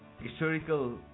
historical